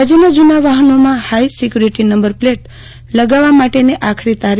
રાજ્યના જુના વાહનોમાં હાઇ સીક્યુરીટી નંબર પ્લેટ લગાવવા માટેની આખરી તા